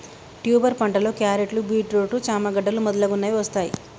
tuber పంటలో క్యారెట్లు, beetroot, చామ గడ్డలు మొదలగునవి వస్తాయ్